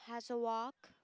has a walk